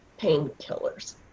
painkillers